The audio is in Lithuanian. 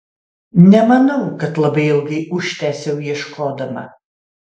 nemanau kad labai ilgai užtęsiau ieškodama